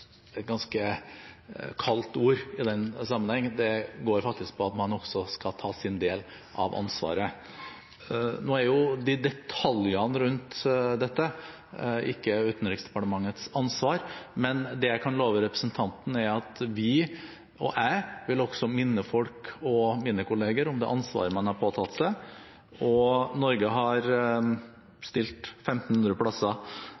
et ganske kaldt ord i den sammenheng. Det går faktisk på at man skal ta sin del av ansvaret. Nå er detaljene rundt dette ikke Utenriksdepartementets ansvar, men det jeg kan love representanten, er at vi – og jeg – vil minne folk og mine kolleger om det ansvaret man har påtatt seg. Norge har stilt 1 500 plasser